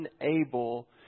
unable